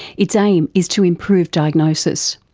its aim is to improve diagnosis.